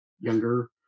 younger